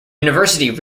university